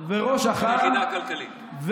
ראש אח"מ והיחידה הכלכלית,